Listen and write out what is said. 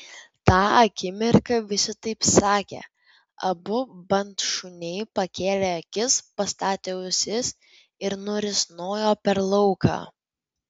tą akimirką visi taip sakė abu bandšuniai pakėlė akis pastatė ausis ir nurisnojo per lauką